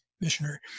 missionary